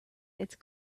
its